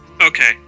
Okay